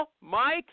Mike